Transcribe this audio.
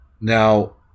Now